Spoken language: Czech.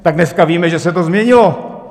Tak dneska víme, že se to změnilo!